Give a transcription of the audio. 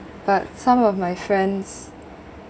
but some of my friends